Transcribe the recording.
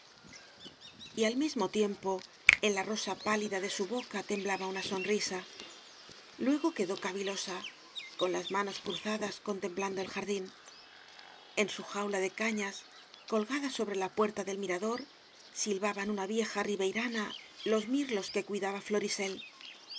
armas y al mismo tiempo en la rosa pálida de su boca temblaba una sonrisa luego quedó cavilosa con las manos cruzadas contem plando al jardín en su jaula de cañas col gada sobre la puerta del mirador silbaban una vieja riveirana los mirlos que cuidaba